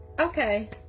Okay